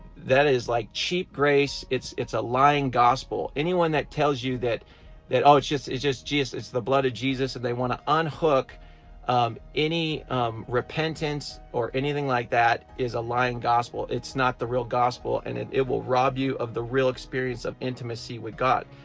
like cheap grace. it's it's a lying gospel, anyone that tells you that that oh it's just, is just jesus. it's the blood of jesus and they want to unhook any repentance or anything like that, is a lying gospel. it's not the real gospel and it it will rob you of the real experience of intimacy with god.